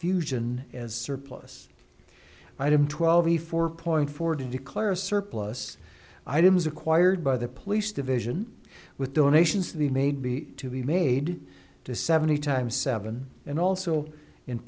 fusion as surplus item twelve a four point four to declare a surplus items acquired by the police division with donations the made be to be made to seventy times seven and also in